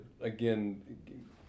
again